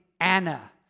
Anna